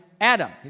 Adam